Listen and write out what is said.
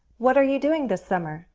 what are you doing this summer?